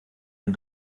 den